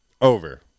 Over